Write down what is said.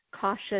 cautious